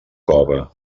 cove